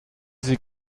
sie